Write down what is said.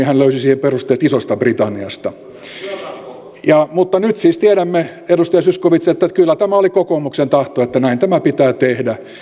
hän löysi siihen perusteet isosta britanniasta mutta nyt siis tiedämme edustaja zyskowicz että kyllä tämä oli kokoomuksen tahto että näin tämä pitää tehdä